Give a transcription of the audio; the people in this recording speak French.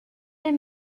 les